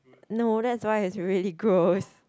no that's why it's really gross